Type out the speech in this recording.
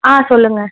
ஆ சொல்லுங்கள்